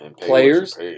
players